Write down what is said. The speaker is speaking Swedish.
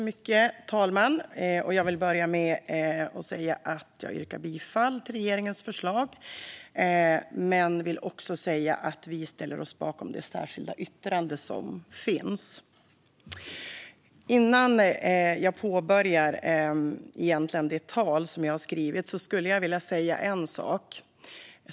Fru talman! Jag vill börja med att yrka bifall till regeringens förslag. Men jag vill också säga att vi ställer oss bakom det särskilda yttrandet. Innan jag påbörjar det anförande som jag har skrivit skulle jag vilja säga en sak.